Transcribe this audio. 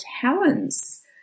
talents